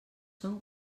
són